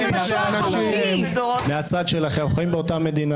------ באותה מדינה